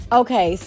okay